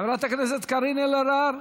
חברת הכנסת קארין אלהרר,